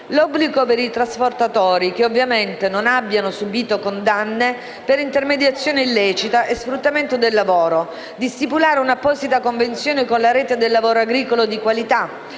l'obbligo per i trasportatori - ovviamente non devono aver subito condanne per intermediazione illecita e sfruttamento del lavoro - di stipulare un'apposita convenzione con la Rete del lavoro agricolo di qualità;